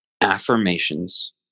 affirmations